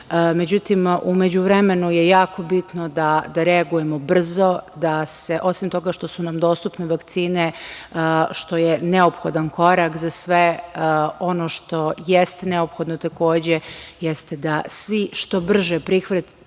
Međutim, u međuvremenu je jako bitno da reagujemo brzo, da se osim toga što su nam dostupne vakcine, što je neophodan korak, za sve ono što jeste neophodno takođe jeste da svi što brže prihvatimo